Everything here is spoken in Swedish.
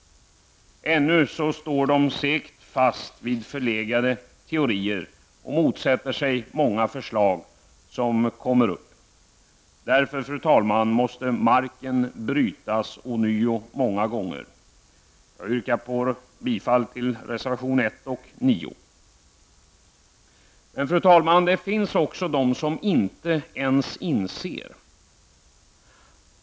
Ännu står de segt fast vid förlegade teorier och motsätter sig många förslag. Därför, fru talman, måste marken ånyo brytas många gånger. Jag yrkar bifall till reservation 1 och 9. Fru talman! Det finns även de som inte inser fakta.